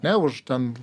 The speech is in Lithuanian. ne už ten